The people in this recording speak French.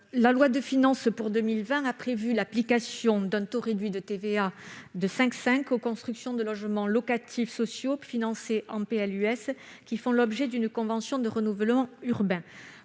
La loi de finances pour 2020 a prévu l'application du taux réduit de TVA de 5,5 % aux constructions de logements locatifs sociaux financés en PLUS qui font l'objet d'une convention de renouvellement urbain.